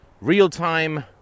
Real-Time